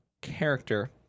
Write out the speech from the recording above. character